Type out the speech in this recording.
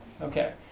okay